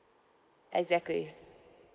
exactly